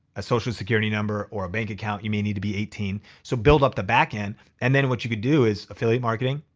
a social security number or a bank account, you may need to be eighteen. so build up the back end and then what you could do is affiliate marketing,